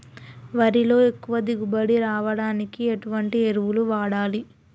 వరిలో ఎక్కువ దిగుబడి రావడానికి ఎటువంటి ఎరువులు వాడాలి?